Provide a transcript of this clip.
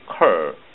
occur